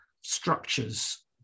structures